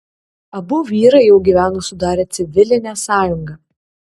abu vyrai jau gyveno sudarę civilinę sąjungą